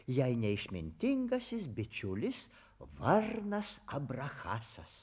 jei ne išmintingasis bičiulis varnas abrachasas